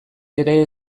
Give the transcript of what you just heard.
ere